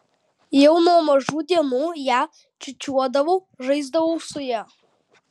jau nuo mažų dienų ją čiūčiuodavau žaisdavau su ja